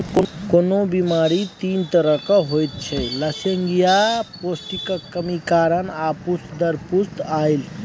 कोनो बेमारी तीन तरहक होइत छै लसेंगियाह, पौष्टिकक कमी कारणेँ आ पुस्त दर पुस्त आएल